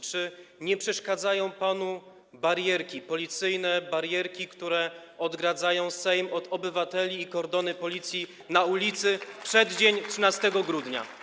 Czy nie przeszkadzają panu policyjne barierki, które odgradzają Sejm od obywateli, i kordony policji na ulicy w przeddzień 13 grudnia?